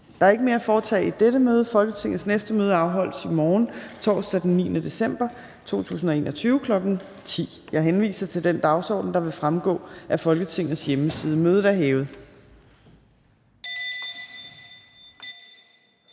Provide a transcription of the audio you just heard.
Der er ikke mere at foretage i dette møde. Folketingets næste møde afholdes i morgen, torsdag den 9. december 2021, kl. 10.00. Jeg henviser til den dagsorden, der fremgår af Folketingets hjemmeside. Mødet er hævet.